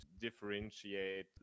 differentiate